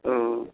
ओऽ